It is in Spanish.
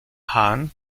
han